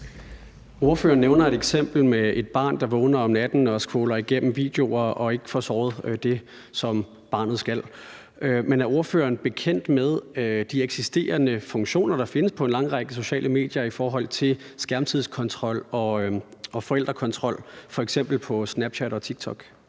Ordføreren nævner et eksempel med et barn, der vågner om natten og scroller igennem videoer og ikke får sovet det, som barnet skal. Men er ordføreren bekendt med de eksisterende funktioner, der findes på en lang række sociale medier i forhold til skærmtidskontrol og forældrekontrol, f.eks. på Snapchat og TikTok?